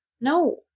No